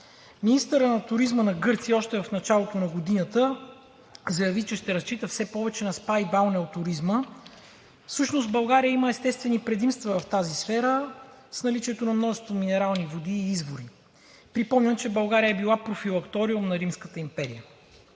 Министърът на туризма на Гърция още в началото на годината заяви, че ще разчита повече на СПА и балнеотуризма. Всъщност България има естествени предимства в тази сфера с наличието на множество минерални води и извори. Припомням, че България е била профилакториум на Римската империя.